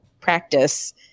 practice